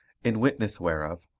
in witness whereof,